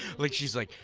like she's like,